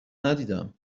ندیدم